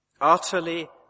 utterly